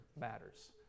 matters